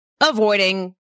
avoiding